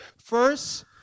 First